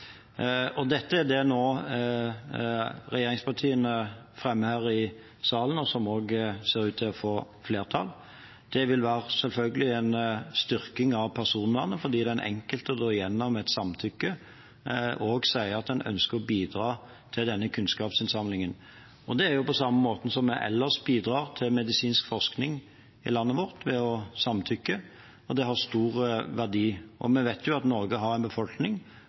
er dette regjeringspartiene nå fremmer her i salen, og som også ser ut til å få flertall. Det vil selvfølgelig være en styrking av personvernet fordi den enkelte da gjennom et samtykke også sier at en ønsker å bidra til denne kunnskapsinnsamlingen. Det er på samme måten som vi ellers bidrar til medisinsk forskning i landet vårt, ved å samtykke, og det har stor verdi. Vi vet at Norge har en befolkning